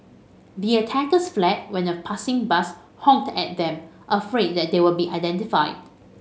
the attackers fled when a passing bus honked at them afraid that they would be identified